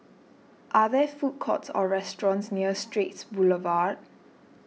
are there food courts or restaurants near Straits Boulevard